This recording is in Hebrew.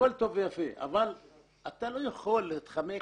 הכול טוב ויפה אבל אתה לא יכול להתחמק